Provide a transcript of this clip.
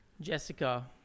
Jessica